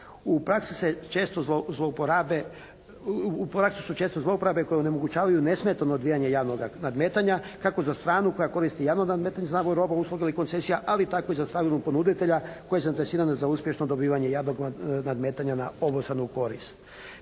U praksi su često zlouporabe koje onemogućavaju nesmetano odvijanje javnoga nadmetanja, kako za stranu koja koristi javno nadmetanje …/Govornik se ne razumije./… usluga ili koncesija, ali tako i za stalnog ponuditelja koji je zainteresiran za uspješno dobivanje javnog nadmetanja na obostranu korist.